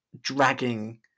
Dragging